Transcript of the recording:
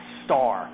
star